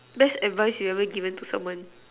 best advice you have ever given to someone